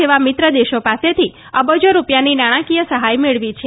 જેવા મિત્ર દેશો ાસેથી અબજા રૂપિયાની નાણાકીય સહાય મેળવી છે